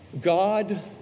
God